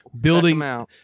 building